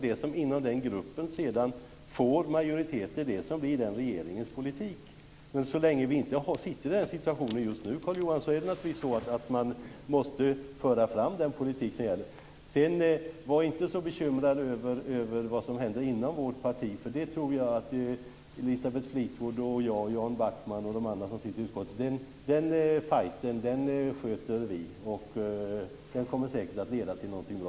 Det som inom gruppen sedan får majoritet är det som blir regeringens politik. Men så länge man inte sitter i den situationen, Carl-Johan Wilson, måste man naturligtvis föra fram den politik som gäller. Sedan vill jag säga: Var inte så bekymrad över vad som händer inom vårt parti. Det tror jag att Elisabeth Fleetwood, jag själv, Jan Backman och de andra som sitter i utskottet tar hand om. Den fighten sköter vi. Den kommer säkert att leda till något bra.